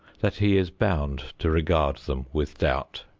that he is bound to regard them with doubt.